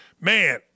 Man